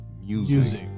Music